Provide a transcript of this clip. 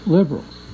Liberals